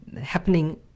happening